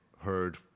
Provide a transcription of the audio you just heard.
heard